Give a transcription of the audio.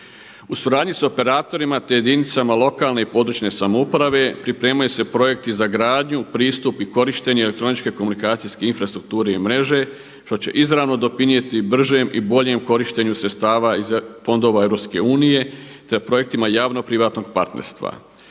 U suradnji s operatorima te jedinicama lokalne i područne samouprave pripremaju se projekti za gradnju, pristup i korištenje elektroničke komunikacijske infrastrukture i mreže što će izravno doprinijeti bržem i boljem korištenju sredstava iz fondova EU, te projektima javno privatnog partnerstva.